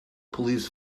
police